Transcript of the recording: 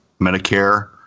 Medicare